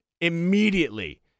immediately